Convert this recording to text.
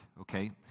okay